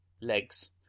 legs